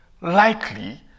likely